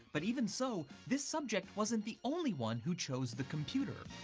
but even so, this subject wasn't the only one who chose the computer.